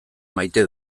maite